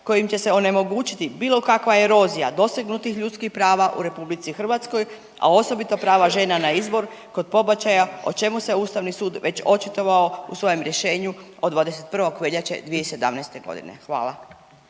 kojim će se onemogućiti bilo kakva erozija dosegnutih ljudskih prava u RH, a osobito prava žena na izbor kod pobačaja o čemu se Ustavni sud već očitovao u svojem rješenju od 21. veljače 2017. godine. Hvala.